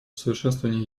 совершенствование